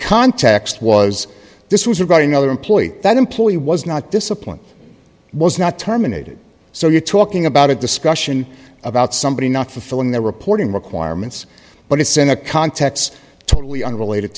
context was this was regarding other employees that employee was not disciplined was not terminated so you're talking about a discussion about somebody not fulfilling their reporting requirements but it's in a context totally unrelated